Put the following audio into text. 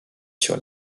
sur